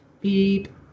beep